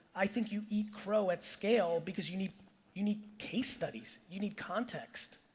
i think you eat crow at scale because you need you need case studies. you need context,